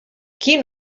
quin